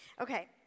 Okay